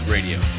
Radio